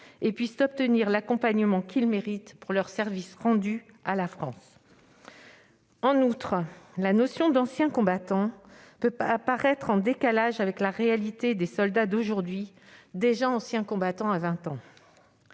cet office et obtenir l'accompagnement qu'ils méritent pour leurs services rendus à la France. En outre, la notion d'« ancien combattant » peut apparaître en décalage avec la réalité des soldats d'aujourd'hui, déjà anciens combattants à vingt ans.